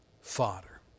Fodder